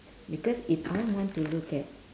because if I want want to look at